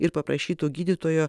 ir paprašytų gydytojo